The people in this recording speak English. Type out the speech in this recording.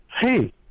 hey